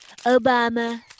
Obama